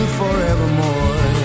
forevermore